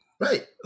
Right